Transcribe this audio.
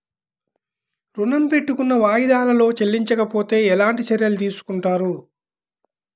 ఋణము పెట్టుకున్న వాయిదాలలో చెల్లించకపోతే ఎలాంటి చర్యలు తీసుకుంటారు?